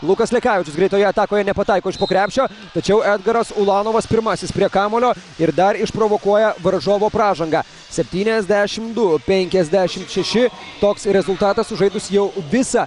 lukas lekavičius greitoje atakoje nepataiko iš po krepšio tačiau edgaras ulanovas pirmasis prie kamuolio ir dar išprovokuoja varžovo pražangą septyniasdešimt du penkiasdešimt šeši toks rezultatas sužaidus jau visą